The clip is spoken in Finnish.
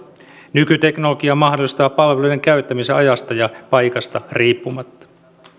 nykyteknologia mahdollistaa palveluiden käyttämisen ajasta ja paikasta riippumatta